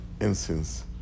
incense